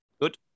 Good